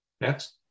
Next